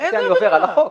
כי אני עובר על החוק.